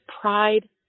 pride